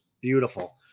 beautiful